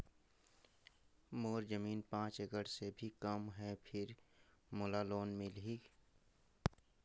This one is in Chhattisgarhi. मोर जमीन पांच एकड़ से भी कम है फिर लोन मोला मिलही?